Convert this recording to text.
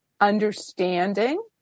understanding